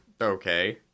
Okay